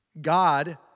God